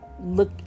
look